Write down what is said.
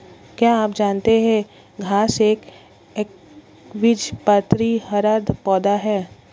क्या आप जानते है घांस एक एकबीजपत्री हरा पौधा है?